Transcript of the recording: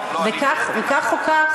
לך שבחוק, וכך או כך,